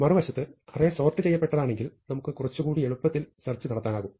മറുവശത്ത് array sort ചെയ്യപ്പെട്ടതാണെങ്കിൽ നമുക്ക് കുറച്ചുകൂടി എളുപ്പത്തിൽ സെർച്ച് നടത്താനാകും